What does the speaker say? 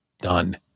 done